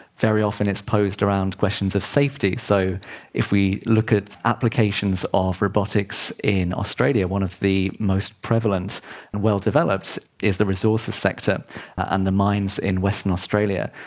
very often it is posed around questions of safety. so if we look at applications of robotics in australia, one of the most prevalent and well developed is the resources sector and the mines in western australia,